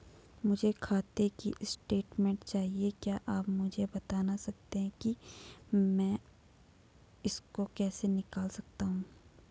मुझे खाते की स्टेटमेंट चाहिए क्या आप मुझे बताना सकते हैं कि मैं इसको कैसे निकाल सकता हूँ?